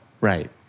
Right